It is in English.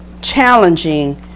challenging